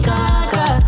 Gaga